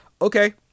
okay